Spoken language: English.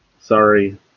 Sorry